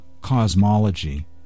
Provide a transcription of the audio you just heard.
cosmology